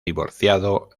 divorciado